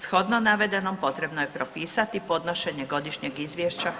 Shodno navedenom potrebno je propisati podnošenje godišnjeg izvješća HS-u.